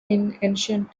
ancient